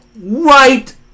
right